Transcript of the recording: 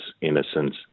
innocence